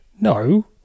No